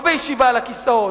לא בישיבה על הכיסאות.